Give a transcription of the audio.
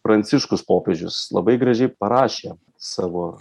pranciškus popiežius labai gražiai parašė savo